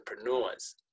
entrepreneurs